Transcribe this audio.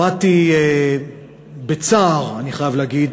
שמעתי בצער, אני חייב להגיד,